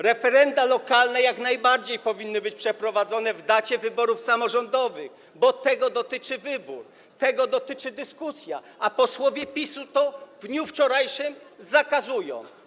Referenda lokalne jak najbardziej powinny być przeprowadzane w dniu wyborów samorządowych, bo tego dotyczy wybór, tego dotyczy dyskusja, a posłowie PiS-u tego - w dniu wczorajszym - zakazują.